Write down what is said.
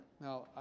Now